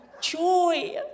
joy